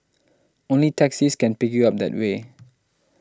only taxis can pick you up that way